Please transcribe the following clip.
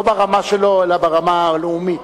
לא ברמה שלו אלא ברמה הלאומית.